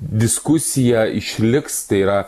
diskusija išliks tai yra